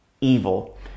evil